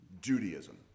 Judaism